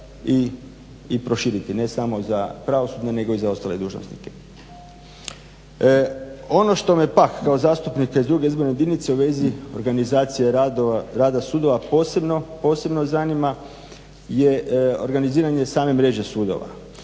i proširiti, ne samo za pravosudne nego i za ostale dužnosnike. Ono što me pak kao zastupnika iz druge izborne jedinice u vezi organizacije rada sudova posebno zanima je organiziranje same mreže sudova.